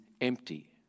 empty